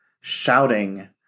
shouting